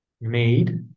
made